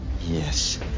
Yes